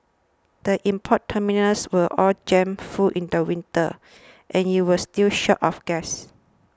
the import terminals were all jammed full in the winter and you were still short of gas